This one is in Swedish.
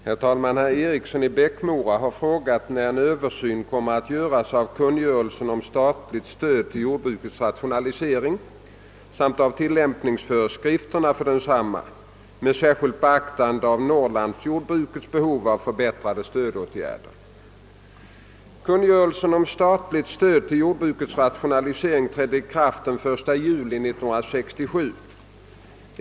Herr talman! Herr Eriksson i Bäckmora har frågat när en översyn kommer att göras av kungörelsen om statligt stöd till jordbrukets rationalisering samt av tillämpningsföreskrifterna för densamma med särskilt beaktande av norrlandsjordbrukets behov av förbättrade stödåtgärder. Kungörelsen om statligt stöd till jordbrukets rationalisering trädde i kraft den 1 juli 1967.